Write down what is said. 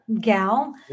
gal